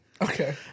Okay